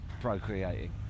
procreating